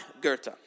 Goethe